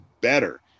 better